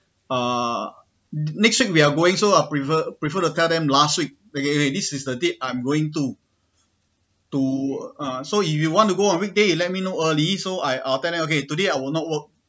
uh next week we're going so I prefer prefer to tell them last week okay this is the date I'm going to to uh so if you want to go on weekday you let me know early so I I will tell them okay today I will not work